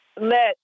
let